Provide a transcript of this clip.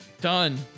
Done